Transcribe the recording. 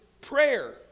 prayer